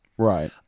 Right